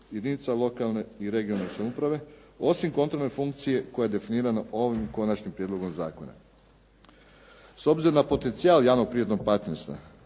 jedinica lokalne i regionalne samouprave osim kontrolne funkcije koja je definirana ovim konačnim prijedlogom zakona. S obzirom na potencijal javno-privatnog partnerstva,